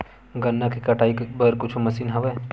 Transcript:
गन्ना के कटाई बर का कुछु मशीन हवय?